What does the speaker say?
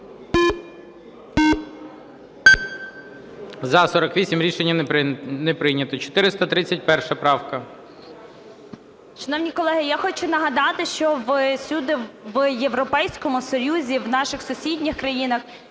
За-65 Рішення не прийнято. 434 правка.